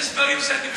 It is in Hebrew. יש דברים שאני מבין.